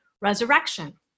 resurrection